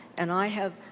and i have